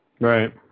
Right